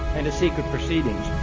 and to secret proceedings.